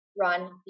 run